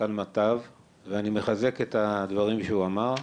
מנכ"ל מטב ואני מחזק את הדברים שהוא אמר.